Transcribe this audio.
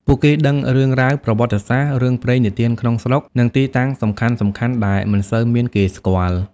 ពួកគេដឹងរឿងរ៉ាវ ប្រវត្តិសាស្ត្រ រឿងព្រេងនិទានក្នុងស្រុក និងទីតាំងសំខាន់ៗដែលមិនសូវមានគេស្គាល់។